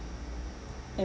ya